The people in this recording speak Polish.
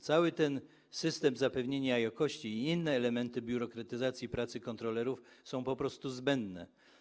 Cały ten system zapewnienia jakości i inne elementy biurokratyzacji pracy kontrolerów są po prostu zbędne.